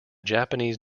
japanese